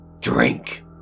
Drink